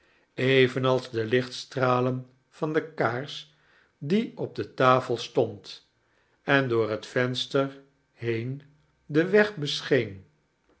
evenals de mchtstralen van de kaars die op de tafel stond en door bet venster been den weg